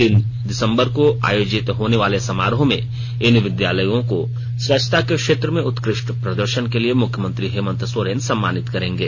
तीन दिसंबर को आयोजित होनेवाले समारोह में इन विद्यालयों को स्वच्छता के क्षेत्र में उत्कृष्ट प्रदर्शन के लिए मुख्यमंत्री हेमन्त सोरेन सम्मानित करेंगे